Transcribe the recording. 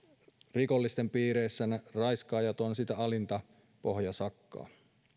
rikollisten piireissä raiskaajat ovat alinta pohjasakkaa